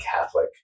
Catholic